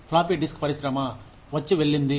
floppy disk పరిశ్రమ వచ్చి వెళ్ళింది